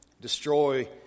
destroy